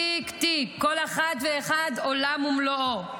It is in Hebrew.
תיק-תיק, כל אחת ואחת עולם ומלואו,